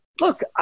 look